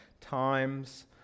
Time's